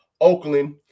oakland